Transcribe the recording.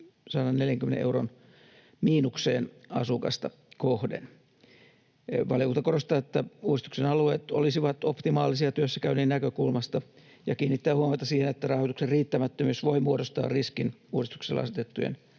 140 euron miinukseen asukasta kohden. Valiokunta korostaa, että uudistuksen alueet olisivat optimaalisia työssäkäynnin näkökulmasta, ja kiinnittää huomiota siihen, että rahoituksen riittämättömyys voi muodostaa riskin uudistukselle asetettujen